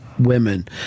women